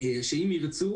שאם ירצו,